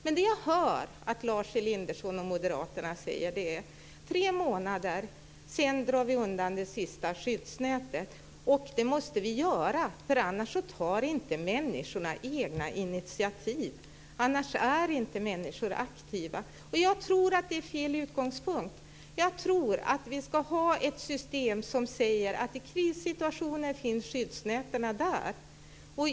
Men det jag hör att Lars Elinderson och moderaterna säger är att de vill dra undan det sista skyddsnätet efter tre månader. Det måste vi göra, för annars tar inte människorna egna initiativ - annars är inte människor aktiva. Jag tror att det är fel utgångspunkt. Jag tror att vi ska ha ett system som innebär att skyddsnäten finns där i krissituationer.